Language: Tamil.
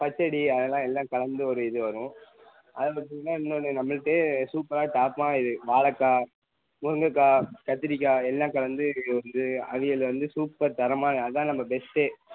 பச்சடி அதெல்லாம் எல்லாம் கலந்து ஒரு இது வரும் அதுபோல் இன்னொன்று நம்மள்ட்டே சூப்பராக தாட்மா இது வாழைக்கா முருங்கக்காய் கத்திரிக்காய் எல்லாம் கலந்து வந்து அவியல் வந்து சூப்பர் தரமாக அதுதான் நம்ம பெஸ்ட்டே